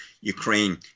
Ukraine